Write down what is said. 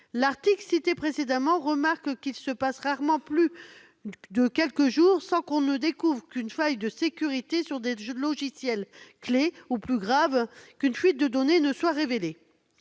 L'article cité précédemment relève qu'« il se passe rarement plus de quelques jours sans qu'on ne découvre une faille de sécurité sur des logiciels clés ou, plus grave, qu'une fuite de données ne soit révélée